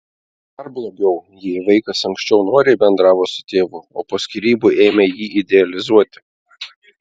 dar blogiau jei vaikas anksčiau noriai bendravo su tėvu o po skyrybų ėmė jį idealizuoti